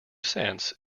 cents